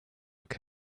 look